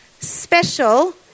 special